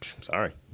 Sorry